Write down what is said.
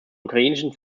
ukrainischen